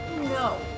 No